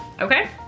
Okay